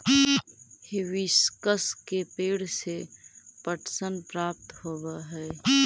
hibiscus के पेंड़ से पटसन प्राप्त होव हई